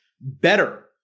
better